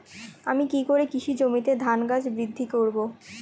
আমি কী করে কৃষি জমিতে ধান গাছ বৃদ্ধি করব?